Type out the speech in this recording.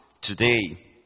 today